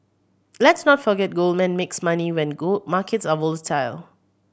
let's not forget Goldman makes money when gold markets are volatile